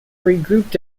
regrouped